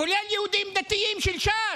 כולל יהודים דתיים של ש"ס.